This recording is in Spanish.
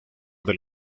del